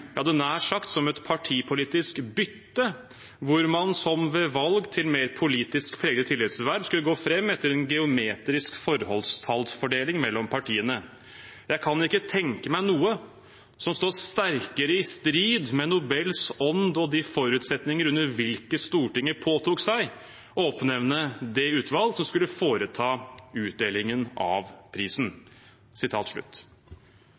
nær sagt som et partipolitisk bytte, hvor man som ved valg til mer politisk pregede tillitsverv skulle gå frem etter en geometrisk forholdstallsfordeling mellom partiene. Jeg kan ikke tenke meg noe som står sterkere i strid med Nobels ånd og de forutsetninger under hvilke Stortinget påtok seg å oppnevne det utvalg som skulle foreta utdelingen av